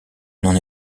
n’en